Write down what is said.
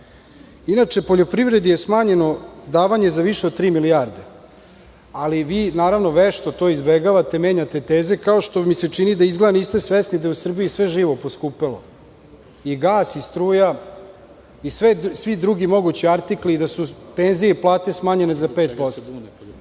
poljoprivredi je smanjeno davanje za više od 3 milijarde, ali vi to vešto izbegavate i menjate teze, kao što mi se čini da izgleda da niste svesni da u Srbiji jeste sve živo poskupelo, i gas i struja, i svi drugi mogući artikli i da su penzije i plate smanjene za 5